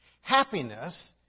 Happiness